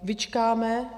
Vyčkáme.